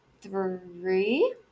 three